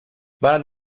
van